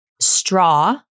straw